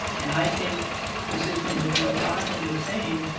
and i think consistent with what jonathan was saying,